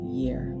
year